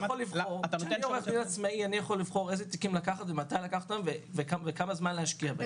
לבחור איזה תיקים לקחת ומתי לקחת אותם וכמה זמן להשקיע בהם.